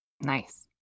Nice